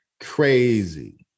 crazy